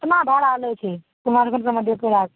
कतना भाड़ा लै छै कुमारखण्डसे मधेपुराके